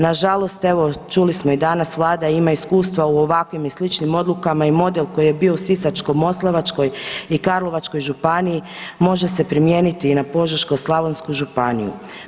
Nažalost evo čuli smo i danas Vlada ima iskustva u ovakvim i sličnim odlukama i model koji je bio u Sisačko-moslavačkoj i Karlovačkoj županiji može se primijeniti i na Požeško-slavonsku županiju.